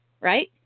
right